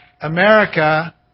America